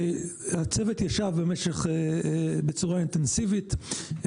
הצוות ישב בצורה אינטנסיבית,